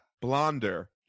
blonder